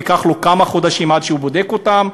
ייקח לו כמה חודשים עד שהוא בודק אותם,